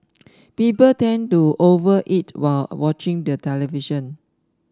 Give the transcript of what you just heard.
people tend to over eat while watching the television